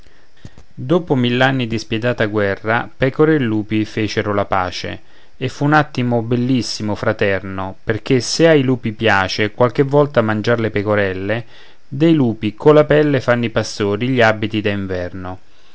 mill'anni di spietata guerra pecore e lupi fecero la pace e fu un atto bellissimo fraterno perché se ai lupi piace qualche volta mangiar le pecorelle dei lupi colla pelle fanno i pastori gli abiti